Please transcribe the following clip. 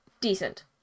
decent